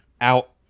out